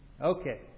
Okay